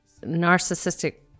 narcissistic